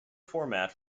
format